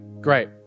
Great